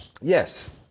yes